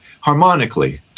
harmonically